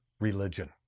religion